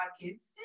Kids